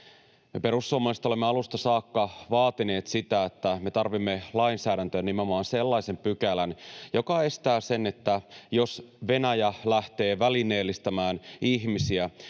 Me perussuomalaiset olemme alusta saakka vaatineet sitä, että me tarvitsemme lainsäädäntöön nimenomaan sellaisen pykälän, joka estää sen, että jos Venäjä lähtee välineellistämään ihmisiä